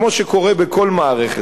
כמו שקורה בכל מערכת,